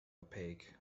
opaque